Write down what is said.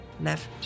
left